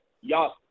y'all